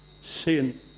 sin